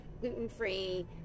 gluten-free